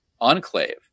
enclave